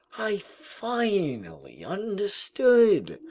i finally understood!